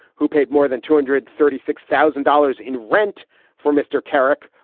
who paid more than two hundred thirty six thousand dollars in rent for mr. kerik,